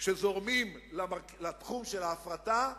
שזורמים לתחום של ההפרטה,